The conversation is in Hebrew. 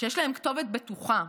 שיש להם כתובת בטוחה,